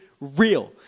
real